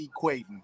equating